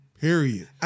period